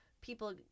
people